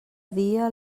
dia